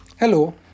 Hello